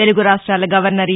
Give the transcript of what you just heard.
తెలుగు రాష్టాల గవర్సర్ ఈ